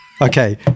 Okay